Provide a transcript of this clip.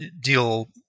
deal –